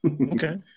Okay